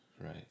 right